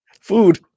food